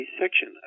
section